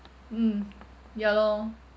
mm ya lor